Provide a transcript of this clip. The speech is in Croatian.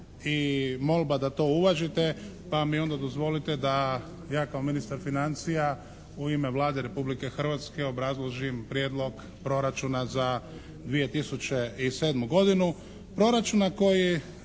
i molba da to uvažite pa mi onda dozvolite da ja kao ministar financija u ime Vlade Republike Hrvatske obrazložim Prijedlog proračuna za 2007. godinu.